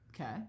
Okay